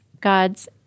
God's